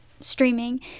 streaming